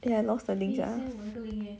eh I lost the link sia